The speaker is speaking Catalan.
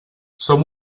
som